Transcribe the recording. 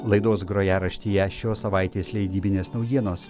laidos grojaraštyje šios savaitės leidybinės naujienos